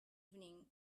evening